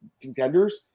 contenders